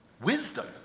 wisdom